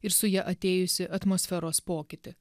ir su ja atėjusį atmosferos pokytį